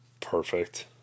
Perfect